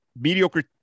mediocre